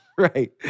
right